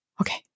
Okay